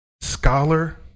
scholar